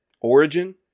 origin